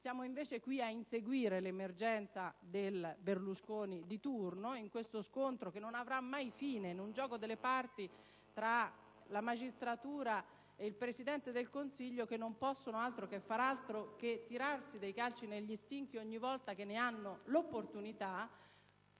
troviamo, invece, ad inseguire l'emergenza del Berlusconi di turno, in uno scontro che non avrà mai fine, in un gioco delle parti tra la magistratura ed il Presidente del Consiglio, i quali non possono fare altro che tirarsi calci negli stinchi ogni volta che ne hanno l'opportunità,